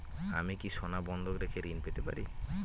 আমি কি সোনা বন্ধক রেখে ঋণ পেতে পারি?